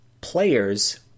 players